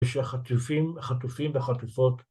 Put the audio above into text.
‫יש חטופים וחטופות.